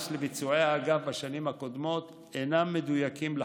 המספרים שציינתם ביחס לביצועי האגף בשנים הקודמות אינם מדויקים לחלוטין.